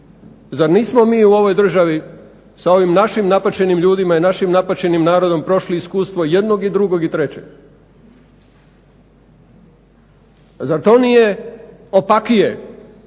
Zar nismo mi u ovoj državi sa ovim našim napaćenim ljudima i sa našim napaćenim narodom prošli iskustvo jednog i drugog i trećeg? Zar to nije opakije?